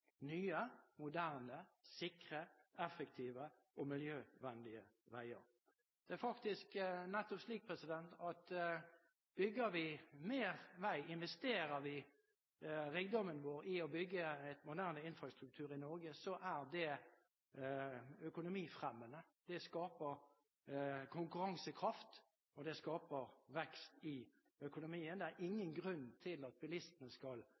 nye, moderne, sikre, effektive og miljøvennlige veier. Det er faktisk nettopp slik at bygger vi mer vei – investere rikdommen vår i å bygge en moderne infrastruktur i Norge – er det økonomifremmende. Det skaper konkurransekraft, og det skaper vekst i økonomien. Det er ingen grunn til at bilistene skal